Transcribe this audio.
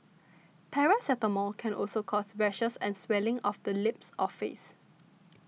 paracetamol can also cause rashes and swelling of the lips or face